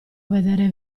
vedere